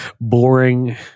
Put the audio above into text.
boring